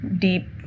deep